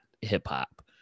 hip-hop